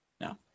no